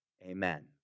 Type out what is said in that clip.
Amen